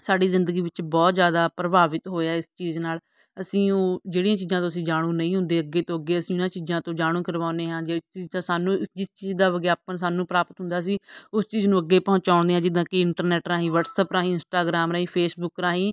ਸਾਡੀ ਜ਼ਿੰਦਗੀ ਵਿੱਚ ਬਹੁਤ ਜ਼ਿਆਦਾ ਪ੍ਰਭਾਵਿਤ ਹੋਇਆ ਇਸ ਚੀਜ਼ ਨਾਲ ਅਸੀਂ ਉਹ ਜਿਹੜੀਆਂ ਚੀਜ਼ਾਂ ਤੋਂ ਅਸੀਂ ਜਾਣੂ ਨਹੀਂ ਹੁੰਦੇ ਅੱਗੇ ਤੋਂ ਅੱਗੇ ਅਸੀਂ ਉਹਨਾਂ ਚੀਜ਼ਾਂ ਤੋਂ ਜਾਣੂ ਕਰਵਾਉਦੇ ਹਾਂ ਜਿਸ ਤਰ੍ਹਾਂ ਸਾਨੂੰ ਜਿਸ ਚੀਜ਼ ਦਾ ਵਿਗਿਆਪਨ ਸਾਨੂੰ ਪ੍ਰਾਪਤ ਹੁੰਦਾ ਸੀ ਉਸ ਚੀਜ਼ ਨੂੰ ਅੱਗੇ ਪਹੁੰਚਾਉਂਦੇ ਹਾਂ ਜਿੱਦਾਂ ਕਿ ਇੰਟਰਨੈੱਟ ਰਾਹੀਂ ਵਟਸਐੱਪ ਰਾਹੀਂ ਇੰਸਟਾਗ੍ਰਾਮ ਰਾਹੀਂ ਫੇਸਬੁੱਕ ਰਾਹੀਂ